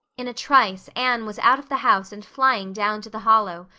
in a trice anne was out of the house and flying down to the hollow,